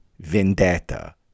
vendetta